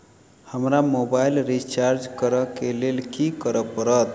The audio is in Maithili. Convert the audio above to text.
हमरा मोबाइल रिचार्ज करऽ केँ लेल की करऽ पड़त?